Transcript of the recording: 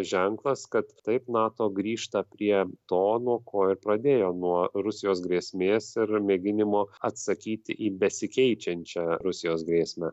ženklas kad taip nato grįžta prie to nuo ko ir pradėjo nuo rusijos grėsmės ir mėginimo atsakyti į besikeičiančią rusijos grėsmę